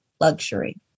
luxury